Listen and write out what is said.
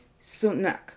Sunak